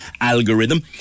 algorithm